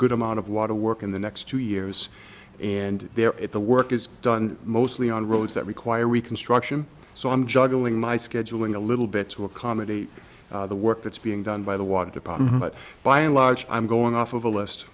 good amount of water work in the next two years and there at the work is done mostly on roads that require reconstruction so i'm juggling my scheduling a little bit to a con eight the work that's being done by the water department but by and large i'm going off of a list